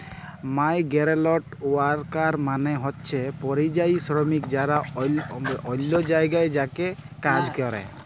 migrant worker মালে হছে পরিযায়ী শরমিক যারা অল্য জায়গায় যাঁয়ে কাজ ক্যরে